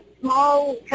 small